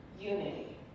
unity